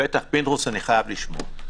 בטח, פינדרוס אני חייב לשמוע.